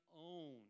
own